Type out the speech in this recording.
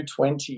20